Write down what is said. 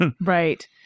Right